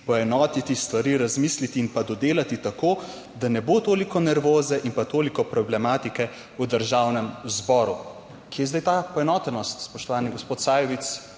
poenotiti, stvari razmisliti in dodelati tako, da ne bo toliko nervoze in pa toliko problematike v državnem zboru.« Kje je zdaj ta poenotenost, spoštovani gospod Sajovic,